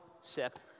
sip